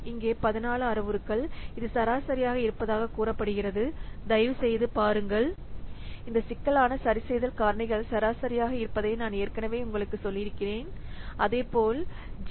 இங்கே 14 அளவுருக்கள் இது சராசரியாக இருப்பதாகக் கூறப்படுகிறது தயவுசெய்து பாருங்கள் இந்த சிக்கலான சரிசெய்தல் காரணிகள் சராசரியாக இருப்பதை நான் ஏற்கனவே உங்களுக்குச் சொல்லி இருக்கிறேன் அதேபோல் ஜி